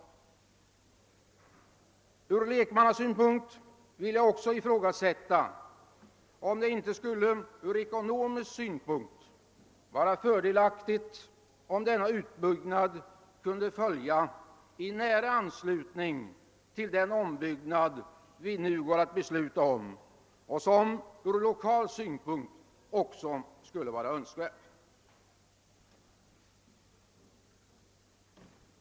Från lekmannasynpunkt kan det också ifrågasättas, om det inte ekonomiskt skulle vara fördelaktigt om denna utbyggnad kunde följa i nära anslutning till den omläggning vi nu går att besluta om. Detta skulle även vara önskvärt av lokala hänsyn.